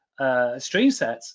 StreamSets